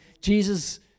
Jesus